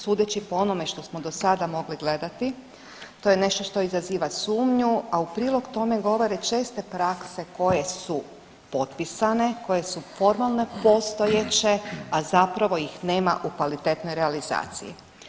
Sudeći po onome što smo do sada mogli gledati, to je nešto što izaziva sumnju, a u prilog tome govore česte prakse koje su potpisane, koje su formalne, postojeće, a zapravo ih nema u kvalitetnoj realizaciji.